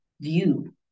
view